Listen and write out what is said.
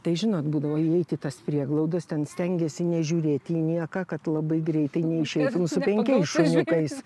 tai žinot būdavo įeit į tas prieglaudas ten stengiesi nežiūrėti į nieką kad labai greitai neišeitum su penkiais šuniukais